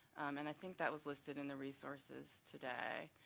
and i think that was listed in the resources today.